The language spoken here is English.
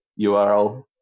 URL